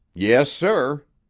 yes, sir.